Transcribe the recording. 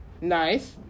Nice